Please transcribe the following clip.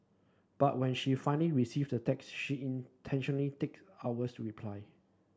but when she finally receive the text she intentionally take hours to reply